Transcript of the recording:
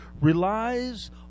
relies